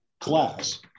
class